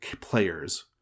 players